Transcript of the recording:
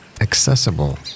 accessible